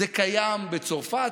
זה קיים בצרפת,